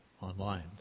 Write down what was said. online